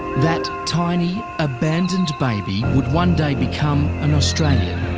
that tiny, abandoned baby would one day become an australian,